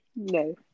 No